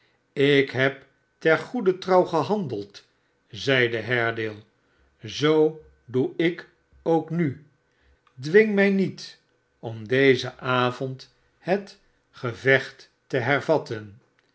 ik heb ter goeder trouw gehandeld riep haredale zoo doe ik ook nu dwing mij niet om dezen avond het gevecht te hervatten